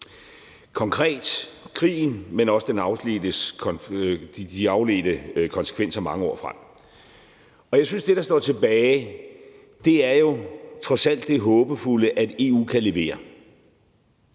gælder krigen, men også de afledte konsekvenser mange år frem. Jeg synes, det, der står tilbage, jo trods alt er det håbefulde, at EU kan levere.